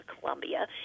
Columbia